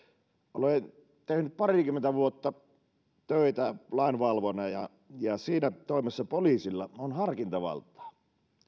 olen tehnyt parikymmentä vuotta töitä lainvalvojana ja ja siinä toimessa poliisilla on harkintavaltaa